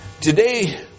Today